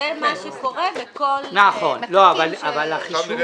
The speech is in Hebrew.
אבל החישוב